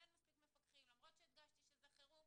למרות שהדגשתי שזה חירום,